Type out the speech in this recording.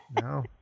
No